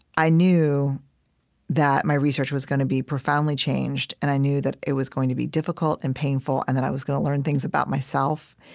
i knew that my research was going to be profoundly changed and i knew that it was going to be difficult and painful and that i was going to learn things about myself